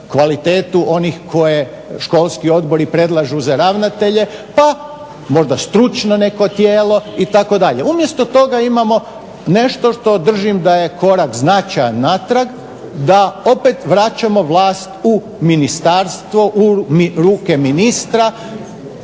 kvalitetu onih koje školski odbori predlažu za ravnatelje pa možda stručno neko tijelo itd. Umjesto toga imamo nešto što držim da je korak značajan natrag, da opet vraćamo vlast u ministarstvo u ruke ministra